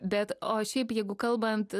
bet o šiaip jeigu kalbant